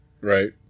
Right